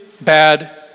bad